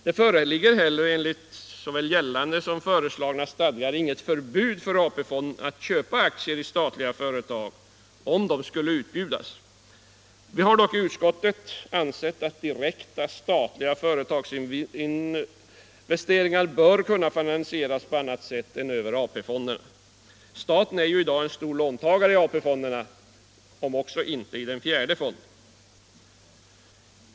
Det föreligger heller enligt såväl gällande som föreslagna stadgar inget förbud för AP-fonden att köpa aktier i statliga företag, om de skulle utbjudas. Vi har dock i utskottet ansett att direkta statliga företagsinvesteringar bör kunna finansieras på annat sätt än över AP-fonden. Staten är ju i dag en stor låntagare i AP-fonderna, om också inte i den fjärde fonden.